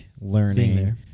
learning